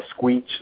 squeech